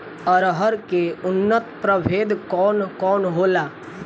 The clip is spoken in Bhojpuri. अरहर के उन्नत प्रभेद कौन कौनहोला?